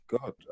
God